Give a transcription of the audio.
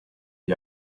gli